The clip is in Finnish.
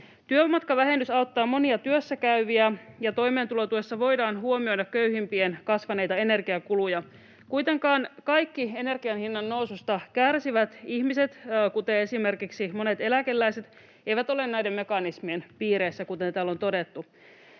Työmatkavähennys auttaa monia työssäkäyviä, ja toimeentulotuessa voidaan huomioida köyhimpien kasvaneita energiakuluja. Kuitenkaan kaikki energian hinnannoususta kärsivät ihmiset, kuten esimerkiksi monet eläkeläiset, eivät ole näiden mekanismien piireissä, kuten täällä on todettu.